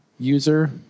user